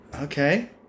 okay